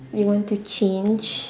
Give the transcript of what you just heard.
you want to change